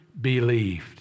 believed